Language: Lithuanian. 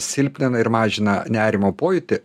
silpnina ir mažina nerimo pojūtį